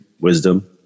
wisdom